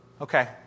okay